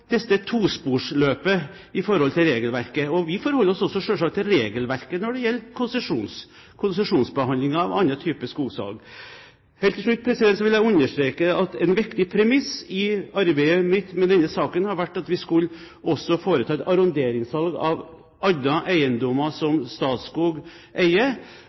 i forhold til regelverket. Vi forholder oss også selvsagt til regelverket når det gjelder konsesjonsbehandling av annen type skogsalg. Helt til slutt vil jeg understreke at et viktig premiss i arbeidet mitt med denne saken har vært at vi også skulle foreta et arronderingssalg av andre eiendommer som Statskog eier.